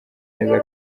neza